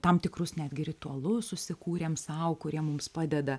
tam tikrus netgi ritualus susikūrėm sau kurie mums padeda